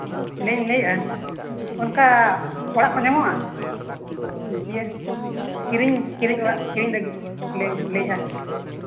ᱞᱤᱧ ᱞᱟᱹᱭᱮᱜᱼᱟ ᱚᱱᱠᱟ ᱚᱲᱟᱜ ᱠᱚ ᱧᱟᱢᱚᱜᱼᱟ ᱤᱭᱟᱹ ᱠᱤᱨᱤᱧ ᱠᱤᱨᱤᱧ ᱚᱲᱟᱜ ᱠᱤᱨᱤᱧ ᱞᱟᱹᱜᱤᱫ ᱞᱤᱧ ᱞᱟᱹᱭᱮᱫᱼᱟ